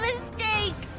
mistake.